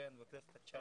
כ, בכנסת ה-19.